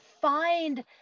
find